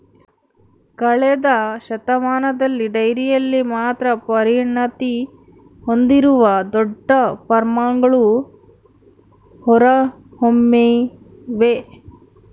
ಕಳೆದ ಶತಮಾನದಲ್ಲಿ ಡೈರಿಯಲ್ಲಿ ಮಾತ್ರ ಪರಿಣತಿ ಹೊಂದಿರುವ ದೊಡ್ಡ ಫಾರ್ಮ್ಗಳು ಹೊರಹೊಮ್ಮಿವೆ